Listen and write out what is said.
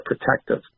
protective